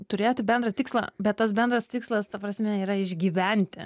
turėti bendrą tikslą bet tas bendras tikslas ta prasme yra išgyventi